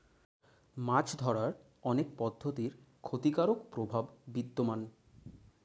মাছ ধরার অনেক পদ্ধতির ক্ষতিকারক প্রভাব বিদ্যমান